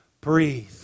Breathe